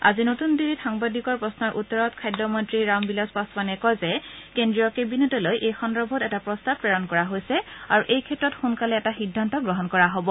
আজি নতুন দিল্লীত সাংবাদিকৰ প্ৰশ্নৰ উত্তৰত খাদ্য মন্ত্ৰী ৰাম বিলাস পাছোৱানে কয় যে কেন্দ্ৰীয় কেবিনেটলৈ এই সন্দৰ্ভত এটা প্ৰস্তাৱ প্ৰেৰণ কৰা হৈছে আৰু এই ক্ষেত্ৰত সোনকালে এটা সিদ্ধান্ত গ্ৰহণ কৰা হ'ব